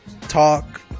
talk